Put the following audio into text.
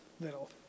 little